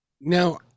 Now